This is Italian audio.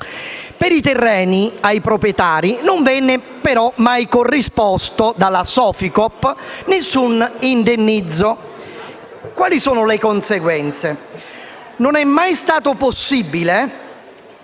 terreni, però, ai proprietari non venne mai corrisposto dalla Soficoop alcun indennizzo. Quali sono state le conseguenze? Non è mai stato possibile